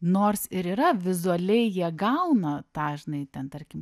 nors ir yra vizualiai jie gauna tą žinai ten tarkim